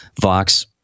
vox